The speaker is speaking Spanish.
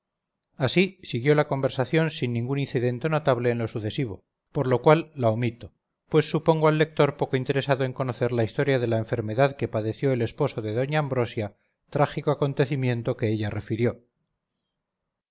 así siguió la conversación sin ningún incidente notable en lo sucesivo por lo cual la omito pues supongo al lector poco interesado en conocer la historia de la enfermedad que padeció el esposo de doña ambrosia trágico acontecimiento que ella refirió